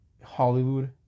Hollywood